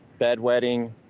Bedwetting